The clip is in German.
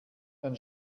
dann